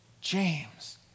James